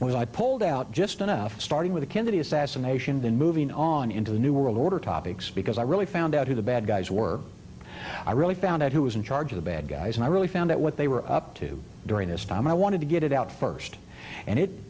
i pulled out just enough starting with the kennedy assassination then moving on into the new world order topics because i really found out who the bad guys were i really found out who was in charge of the bad guys and i really found out what they were up to during this time i wanted to get it out first and it